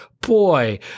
boy